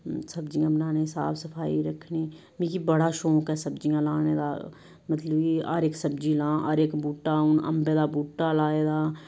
सब्जियां बनाने साफ सफाई रक्खनी मिगी बड़ा शौंक ऐ सब्जियां लाने दा मतलब कि हर इक सब्जी लां हर इक बूह्टा हून अंबें दा बूह्टा लाए दा